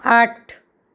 આઠ